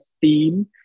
theme